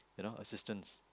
you know assistance